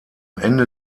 ende